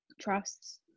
trusts